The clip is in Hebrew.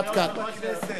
עד כאן.